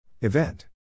Event